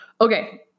Okay